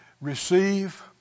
Receive